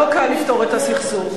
לא קל לפתור את הסכסוך,